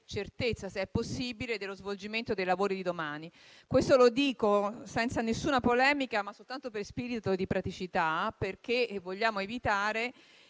certezza, se possibile, dello svolgimento dei lavori di domani. Dico questo senza nessuna polemica, ma soltanto per spirito di praticità, perché vogliamo evitare